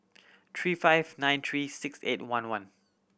three five nine three six eight one one